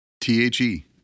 t-h-e